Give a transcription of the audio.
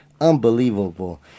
unbelievable